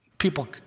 People